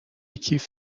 کیف